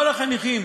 כל החניכים